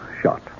shot